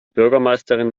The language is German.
bürgermeisterin